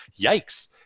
yikes